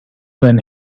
when